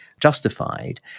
Justified